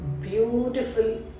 beautiful